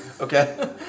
Okay